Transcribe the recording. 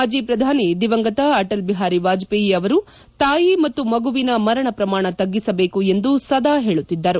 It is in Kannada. ಮಾಜಿ ಶ್ರಧಾನಿ ದಿವಂಗತ ಅಟಲ್ ಬಿಹಾರಿ ವಾಜಪೇಯಿ ಅವರು ತಾಯಿ ಮತ್ತು ಮಗುವಿನ ಮರಣ ಪ್ರಮಾಣ ತಗ್ಗಿಸಬೇಕು ಎಂದು ಸದಾ ಹೇಳುತ್ತಿದ್ದರು